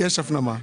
יש הפנמה.